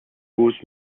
gust